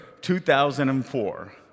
2004